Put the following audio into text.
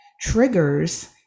triggers